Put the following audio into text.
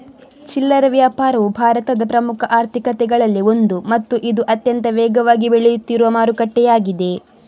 ಚಿಲ್ಲರೆ ವ್ಯಾಪಾರವು ಭಾರತದ ಪ್ರಮುಖ ಆರ್ಥಿಕತೆಗಳಲ್ಲಿ ಒಂದು ಮತ್ತು ಇದು ಅತ್ಯಂತ ವೇಗವಾಗಿ ಬೆಳೆಯುತ್ತಿರುವ ಮಾರುಕಟ್ಟೆಯಾಗಿದೆ